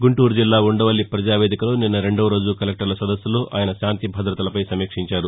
గుంటూరు జిల్లా ఉండవల్లి పజావేదికలో నిన్న రెండోరోజు కలెక్టర్ల సదస్సులో ఆయన శాంతిభదతలపై సమీక్షించారు